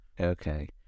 Okay